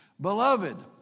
Beloved